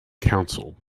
council